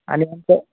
आणि